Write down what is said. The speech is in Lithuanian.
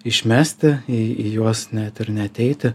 išmesti į į juos net ir neateiti